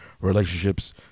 relationships